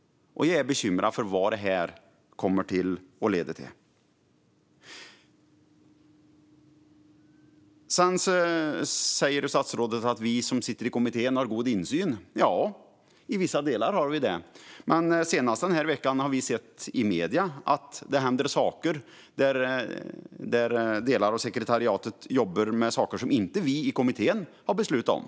Jag är bekymrad över vad detta kommer att leda till. Statsrådet säger att vi som sitter i kommittén har god insyn. Ja, i vissa delar har vi det. Men senast den här veckan har vi sett i medierna att det händer saker - delar av sekretariatet jobbar med saker som vi i kommittén inte har beslutat om.